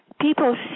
People